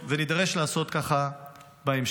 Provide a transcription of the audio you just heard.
ונידרש לעשות ככה בהמשך.